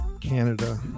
Canada